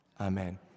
Amen